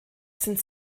sind